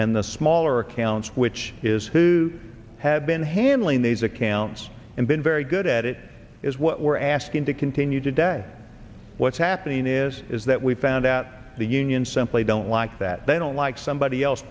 and the smaller accounts which is who have been handling these accounts and been very good at it is what we're asking to continue today what's happening is is that we found that the unions simply don't like that they don't like somebody else